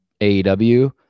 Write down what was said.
AEW